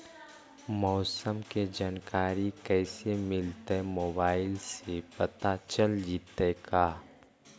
मौसम के जानकारी कैसे मिलतै मोबाईल से पता चल जितै का?